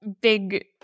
big